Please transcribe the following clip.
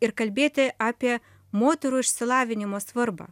ir kalbėti apie moterų išsilavinimo svarbą